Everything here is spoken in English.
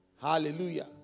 Hallelujah